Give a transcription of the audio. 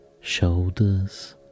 shoulders